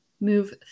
move